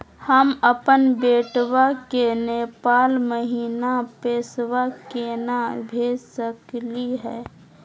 हम अपन बेटवा के नेपाल महिना पैसवा केना भेज सकली हे?